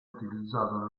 utilizzato